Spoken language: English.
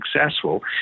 successful